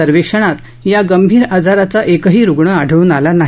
सर्वेक्षणात या गंभीर आजाराचा एकही रूग्ण आढळून आला नाही